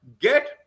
get